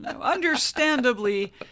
Understandably